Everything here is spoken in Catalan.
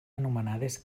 anomenades